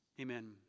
Amen